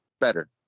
better